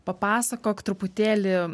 papasakok truputėlį